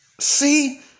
see